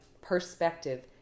perspective